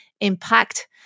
impact